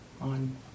on